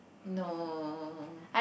no